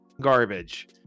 garbage